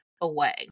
away